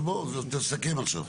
אז בוא, תסכם עכשיו.